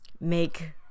make